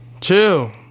Chill